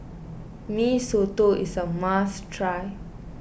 Mee Soto is a must try